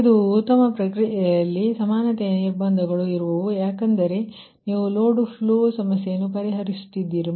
ಇದು ಉತ್ತಮ ಪ್ರಕ್ರಿಯಲ್ಲಿ ಸಮಾನತೆಯ ನಿರ್ಬಂಧಗಳು ಇರುವವು ಯಾಕೆಂದರೆ ನೀವು ಲೋಡ್ ಫ್ಲೋ ಸಮಸ್ಯೆಯನ್ನು ಪರಿಹರಿಸುತ್ತೀದ್ದೀರಿ